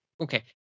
Okay